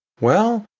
well,